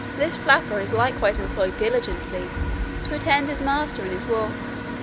this flapper is likewise employed diligently to attend his master in his walks,